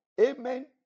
Amen